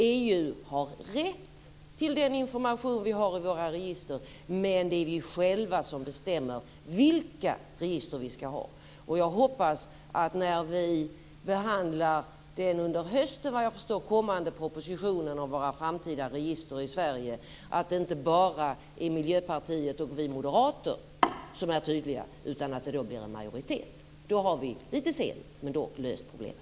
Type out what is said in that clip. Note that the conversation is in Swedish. EU har rätt till den information vi har i våra register, men det är vi själva som bestämmer vilka register vi skall ha. Jag hoppas att när vi behandlar den under hösten kommande propositionen om våra framtida register, att det inte bara är Miljöpartiet och vi moderater som är tydliga utan att det blir en majoritet. Då har vi litet sent, men dock, löst problemet.